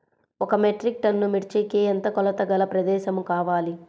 ఒక metric ton మిర్చికి ఎంత కొలతగల ప్రదేశము కావాలీ?